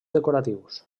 decoratius